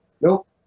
nope